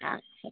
ആ ശരി